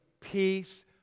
peace